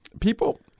People